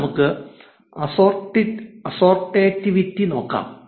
ഇനി നമുക്ക് അസ്സോർടെറ്റിവിറ്റി നോക്കാം